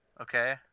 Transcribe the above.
okay